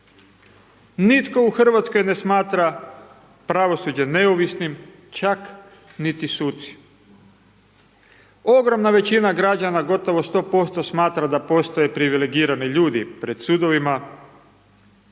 Nitko u Hrvatskoj ne smatra pravosuđe neovisnim, čak niti suci. Ogromna većina građana gotovo 100% smatra da postoje privilegirani ljudi pred sudovima,